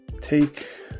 take